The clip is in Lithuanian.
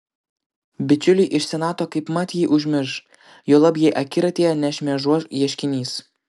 bičiuliai iš senato kaipmat jį užmirš juolab jei akiratyje nešmėžuos ieškinys